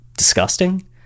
disgusting